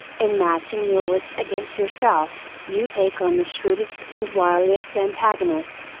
in matching your wits against yourself, you take on the shrewdest and wiliest antagonist,